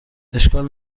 اشکال